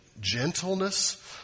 gentleness